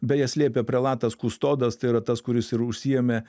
beje slėpė prelatas kustodas tai yra tas kuris ir užsiėmė